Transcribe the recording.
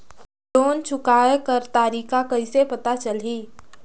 Loan चुकाय कर तारीक कइसे पता चलही?